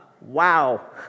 Wow